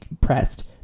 pressed